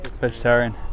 Vegetarian